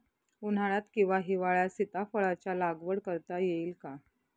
उन्हाळ्यात किंवा हिवाळ्यात सीताफळाच्या लागवड करता येईल का?